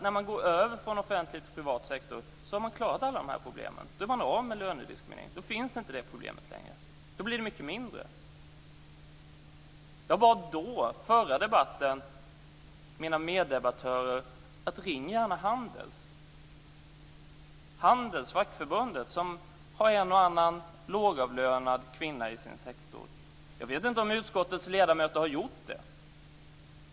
De måste visa att när man går över från offentlig till privat sektor har man klarat alla de här problemen och är av med lönediskrimineringen. Då finns inte det problemet längre. Då blir det mycket mindre. I den förra debatten uppmanade jag mina meddebattörer att ringa Handels. Handels är det fackförbund som har en och annan lågavlönad kvinna i sin sektor. Jag vet inte om utskottets eller kammarens ledamöter har gjort det.